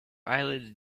eyelids